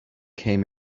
came